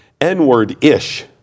N-word-ish